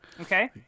Okay